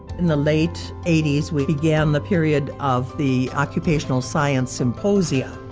in the late eighty s we began the period of the occupational science symposia.